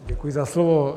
Děkuji za slovo.